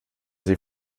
sie